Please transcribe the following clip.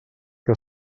que